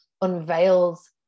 unveils